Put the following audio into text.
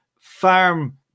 farm